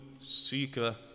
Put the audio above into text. seeker